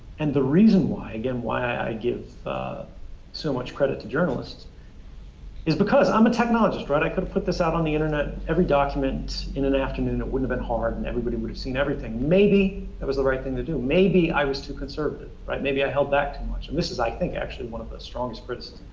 and the reason why, again, why i give so much credit to journalists is because i'm a technologist, right? i could put this out on the internet, every document in an afternoon, it wouldn't have been hard, and everybody would have seen everything. maybe it was the right thing to do. maybe i was too conservative, right? maybe i held back too much. and this is i think actually one of the strongest criticisms so